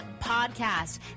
Podcast